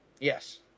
Yes